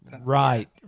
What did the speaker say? Right